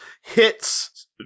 hits